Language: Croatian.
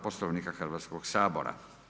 Poslovnika Hrvatskog sabora.